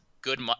good